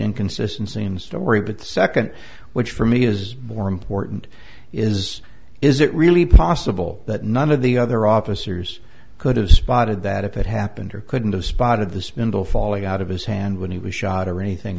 inconsistency in story but the second which for me is more important is is it really possible that none of the other officers could have spotted that if it happened or couldn't have spotted the spindle falling out of his hand when he was shot or anything